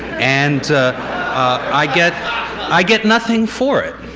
and i get i get nothing for it.